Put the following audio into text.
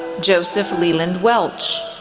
joseph leland welch,